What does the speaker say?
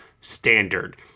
standard